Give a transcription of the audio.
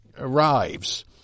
arrives